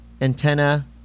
antenna